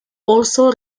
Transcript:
also